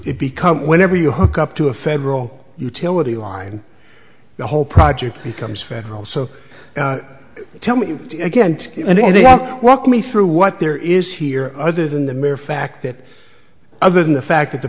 it becomes whenever you hook up to a federal utility line the whole project becomes federal so tell me again and anyone walk me through what there is here other than the mere fact that other than the fact that the